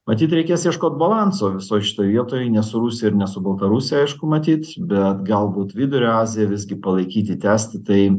matyt reikės ieškot balanso visoj šitoj vietoj nes rusija ar ne su baltarusija aišku matyt bet galbūt vidurio aziją visgi palaikyti tęsti tai